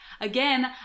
again